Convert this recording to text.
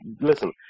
listen